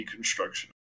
deconstruction